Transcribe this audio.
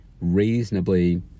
reasonably